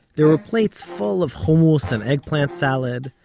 there were plates full of hummus and eggplant salad,